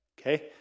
okay